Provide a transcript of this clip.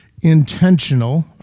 intentional